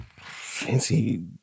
Fancy